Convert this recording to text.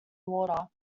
water